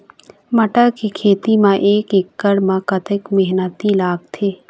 मटर के खेती म एक एकड़ म कतक मेहनती लागथे?